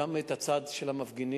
גם את הצד של המפגינים,